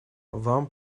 вам